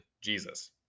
Jesus